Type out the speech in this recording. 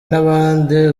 nabandi